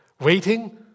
Waiting